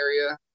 area